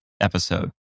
episode